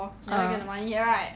uh